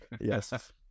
Yes